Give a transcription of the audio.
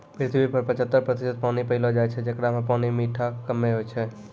पृथ्वी पर पचहत्तर प्रतिशत पानी पैलो जाय छै, जेकरा म मीठा पानी कम्मे छै